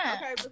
okay